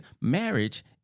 Marriage